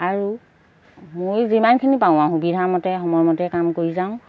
আৰু ময়ো যিমানখিনি পাওঁ আৰু সুবিধা মতে সময়মতে কাম কৰি যাওঁ